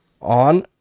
on